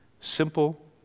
Simple